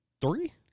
three